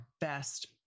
best